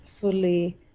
fully